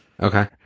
okay